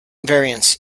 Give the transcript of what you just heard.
variants